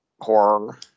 horror